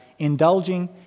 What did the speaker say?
indulging